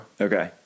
Okay